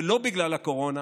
ולא בגלל הקורונה,